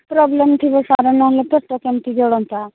problem ଥିବ sir ନହେଲେ ପଟ କେମିତି ଜଳନ୍ତା